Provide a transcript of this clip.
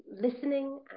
listening